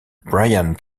brian